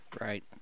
right